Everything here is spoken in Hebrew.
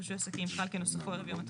רישוי עסקים חל כנוסחו ערב יום התחילה.